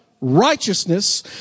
righteousness